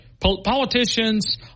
politicians